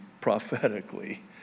prophetically